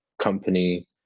company